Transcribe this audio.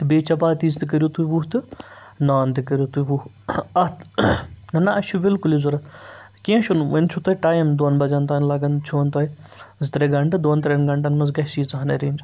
تہٕ بیٚیہِ چَپاتیٖز تہِ کٔرِو تُہۍ وُہ تہٕ نان تہِ کٔرِو تُہۍ وُہ اَتھ نہ اَسہِ چھُ بِلکُلٕے ضوٚرتھ کیٚنٛہہ چھُنہٕ وٕنہِ چھُو تۄہہِ ٹایِم دۄن بَج تام لَگان چھُ وۄنۍ تۄہہِ زٕ ترٛےٚ گنٛٹہٕ دۄن ترٛٮ۪ن گَنٹَن منٛز گژھِ ییٖژاہن اٮ۪رینٛج